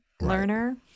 learner